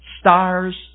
stars